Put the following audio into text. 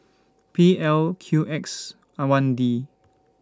P L Q X and one D